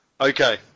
Okay